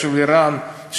של איראן,